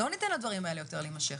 לא ניתן לדברים האלה יותר להימשך.